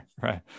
Right